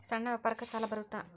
ಸಣ್ಣ ವ್ಯಾಪಾರಕ್ಕ ಸಾಲ ಬರುತ್ತಾ?